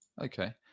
okay